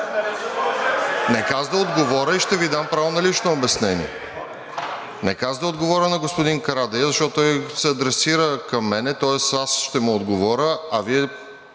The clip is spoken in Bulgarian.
Нека аз да отговоря и ще Ви дам право на лично обяснение. Нека аз да отговоря на господин Карадайъ, защото той адресира към мен, тоест аз ще му отговоря, а Вие,